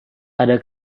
ada